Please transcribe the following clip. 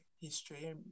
history